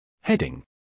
Heading